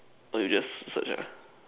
so you just search ah